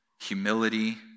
humility